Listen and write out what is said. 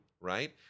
right